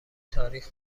تاریخ